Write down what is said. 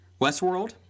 Westworld